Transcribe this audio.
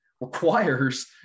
requires